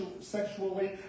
sexually